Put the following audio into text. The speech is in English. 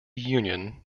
union